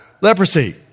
leprosy